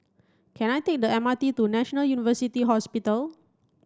can I take the M R T to National University Hospital